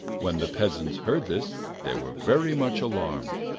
when the peasants heard this they were very much alarmed.